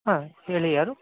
ಹಾಂ ಹೇಳಿ ಯಾರು